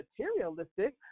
materialistic